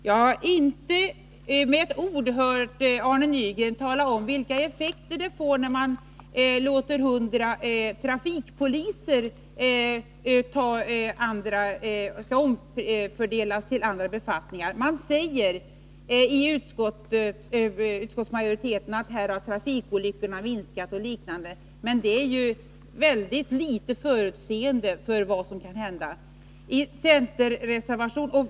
Jag har inte hört Arne Nygren med ett ord tala om vilka effekter det får när man omfördelar 100 trafikpoliser till andra befattningar. Utskottsmajorite ten säger att trafikolyckorna har minskat. Men det innehåller mycket litet förutseende för vad som kan hända.